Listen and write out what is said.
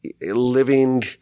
living